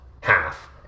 half